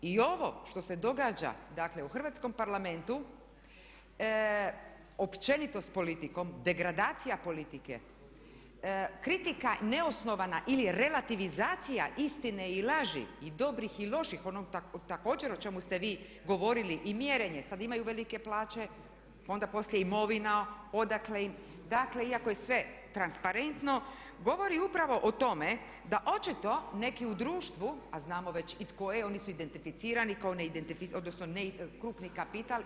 I ovo što se događa, dakle u Hrvatskom parlamentu, općenito s politikom, degradacija politike, kritika neosnovana ili relativizacija istine i laži i dobrih i loših, ono također o čemu ste vi govorili i mjerenje, sada imaju velike plaće, onda poslije imovina, odakle im, dakle iako je sve transparentno govori upravo o tome da očito neki u društvu, a znamo već i tko je, oni su identificirani, odnosno krupni kapital.